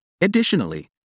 Additionally